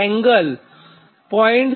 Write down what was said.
986 0